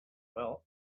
well